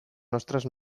nostres